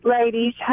ladies